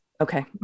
Okay